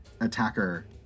attacker